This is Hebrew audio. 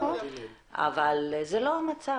אבל זה לא המצב.